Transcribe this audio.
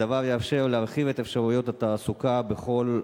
הדבר יאפשר להרחיב את אפשרויות התעסוקה בכלל,